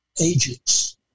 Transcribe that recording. agents